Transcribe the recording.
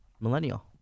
Millennial